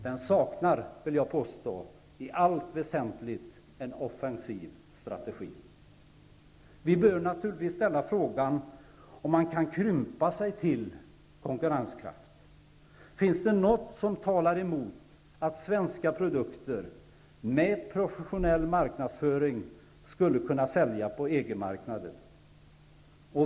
Jag vill påstå att industrin i allt väsentligt saknar en offensiv strategi. Vi bör naturligtvis ställa frågan om man kan krympa sig till konkurrenskraft. Finns det något som talar emot att svenska produkter med professionell marknadsföring skulle kunna säljas på EG-marknaden?